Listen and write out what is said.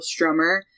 Strummer